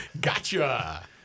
Gotcha